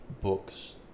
books